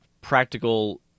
practical